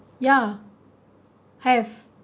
ya have